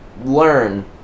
learn